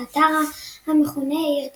באתר המכונה עיר דוד.